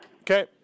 Okay